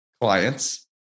clients